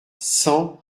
cent